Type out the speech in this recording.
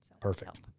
Perfect